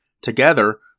Together